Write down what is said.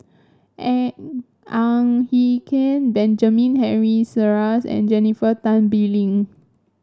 Ang Hin Kee Benjamin Henry Sheares and Jennifer Tan Bee Leng